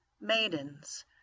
maidens